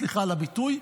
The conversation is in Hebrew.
סליחה על הביטוי,